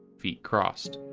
feet crossed.